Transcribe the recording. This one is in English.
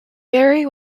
barry